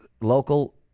local